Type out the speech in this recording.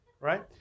right